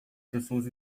pessoas